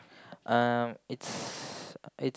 um it's